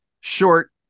short